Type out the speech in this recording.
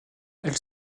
elle